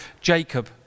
Jacob